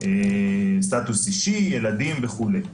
כמו סטטוס אישי, ילדים וכולי.